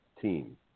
team